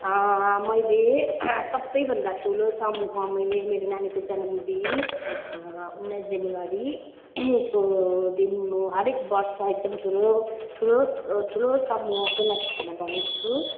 मैले सबैभन्दा ठुलो समूह मैले मेरो नानीको जन्मदिन उन्नाइस जनवरी को दिन म हरेक वर्ष एकदम ठुलोठुलो ठुलो समूहकै लागि खाना बनाउँछु